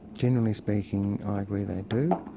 generally speaking i agree they do.